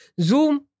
zoom